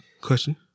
Question